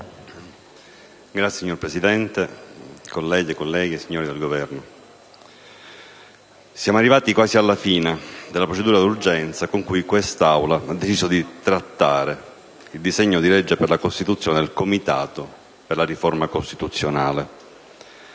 *(M5S)*. Signor Presidente, colleghe, colleghi, signori del Governo, siamo arrivati quasi alla fine della procedura d'urgenza con cui quest'Aula ha deciso di trattare il disegno di legge per l'istituzione del Comitato per le riforme costituzionali.